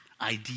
idea